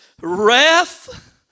wrath